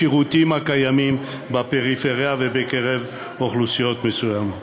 שירותים הקיימים בפריפריה ובקרב אוכלוסיות מסוימות.